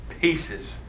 pieces